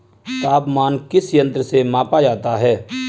तापमान किस यंत्र से मापा जाता है?